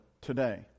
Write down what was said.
today